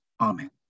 Amen